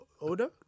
Older